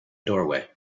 doorway